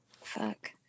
Fuck